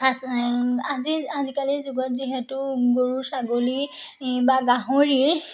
আজি আজিকালিৰ যুগত যিহেতু গৰু ছাগলী বা গাহৰিৰ